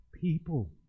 people